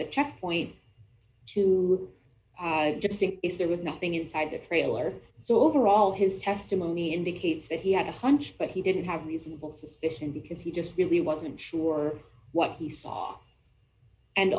the checkpoint to see if there was nothing inside the trailer so overall his testimony indicates that he had a hunch but he didn't have a reasonable suspicion because he just really wasn't sure what he saw and